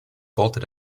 bolted